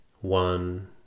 one